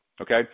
Okay